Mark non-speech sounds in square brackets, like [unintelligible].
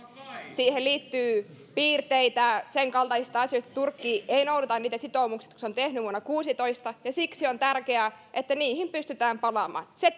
siihen liittyy piirteitä senkaltaisista asioista että turkki ei noudata niitä sitoumuksia jotka se on tehnyt vuonna kuusitoista ja siksi on tärkeää että niihin pystytään palaamaan se [unintelligible]